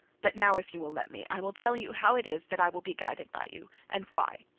but now, if you will let me, i will tell you how it is that i will be guided by you, and why.